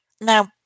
Now